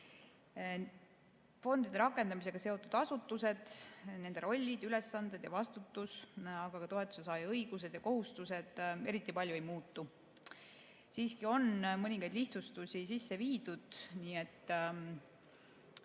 Fondide rakendamisega seotud asutused, nende rollid, ülesanded ja vastutus, aga ka toetuse saaja õigused ja kohustused eriti palju ei muutu. Siiski on mõningaid lihtsustusi sisse viidud. Nii et